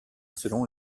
selon